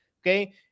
Okay